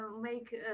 make